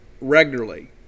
regularly